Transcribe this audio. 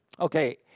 Okay